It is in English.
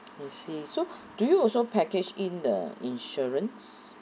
I see so do you also packaged in the insurance